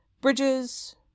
Bridges